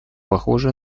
похожа